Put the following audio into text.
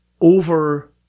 over